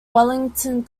wellington